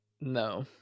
No